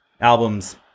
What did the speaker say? albums